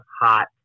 hot